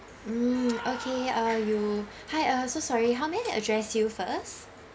mm okay uh you hi uh so sorry how may I address you first